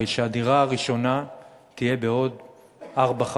הרי שהדירה הראשונה תהיה בעוד ארבע,